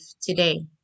today